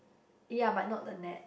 ya but not the net